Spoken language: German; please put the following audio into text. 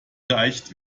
geeicht